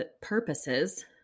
purposes